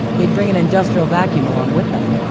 they'd bring an industrial vacuum along with them.